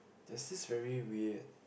this is very weird